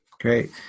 Great